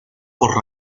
por